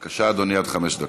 בבקשה, אדוני, עד חמש דקות.